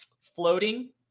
floating